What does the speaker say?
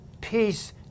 peace